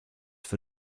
for